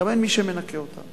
גם אין מי שמנקה אותם.